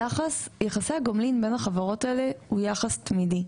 יחסי הגומלין בין החברות האלה הוא יחס תמידי,